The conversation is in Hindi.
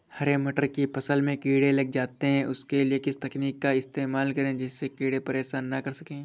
हरे मटर की फसल में कीड़े लग जाते हैं उसके लिए किस तकनीक का इस्तेमाल करें जिससे कीड़े परेशान ना कर सके?